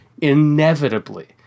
inevitably